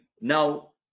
now